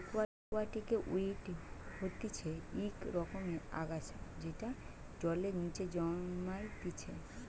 একুয়াটিকে ওয়িড হতিছে ইক রকমের আগাছা যেটা জলের নিচে জন্মাইতিছে